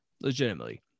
legitimately